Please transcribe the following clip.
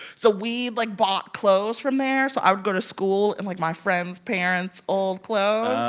so we, like, bought clothes from there. so i would go to school in, like, my friend's parent's old clothes.